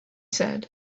said